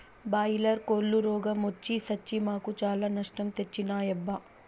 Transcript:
boiler కోల్లు రోగ మొచ్చి సచ్చి మాకు చాలా నష్టం తెచ్చినాయబ్బా